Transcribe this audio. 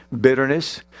bitterness